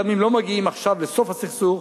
גם אם לא מגיעים עכשיו לסוף הסכסוך,